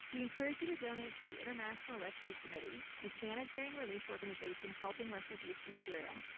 we encourage you to donate to the international rescue committee, a humanitarian relief organization helping refugees from syria,